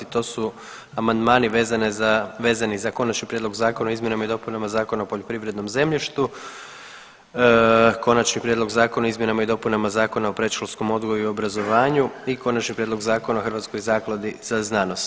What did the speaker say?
To su amandmani vezani za Konačni prijedlog zakona o izmjenama i dopunama Zakona o poljoprivrednom zemljištu, Konačni prijedlog zakona o izmjenama i dopunama Zakona o predškolskom odgoju i obrazovanju i Konačni prijedlog zakona o Hrvatskoj zakladi za znanost.